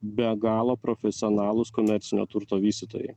be galo profesionalūs komercinio turto vystytojai